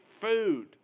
food